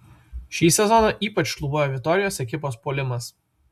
šį sezoną ypač šlubuoja vitorijos ekipos puolimas